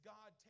God